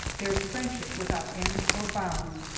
bears friendship without end or bound,